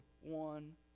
one